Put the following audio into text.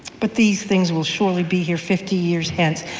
but these things will surely be here fifty years hence,